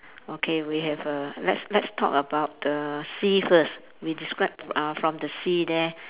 okay we have a let's let's talk about the sea first we describe uh from the sea there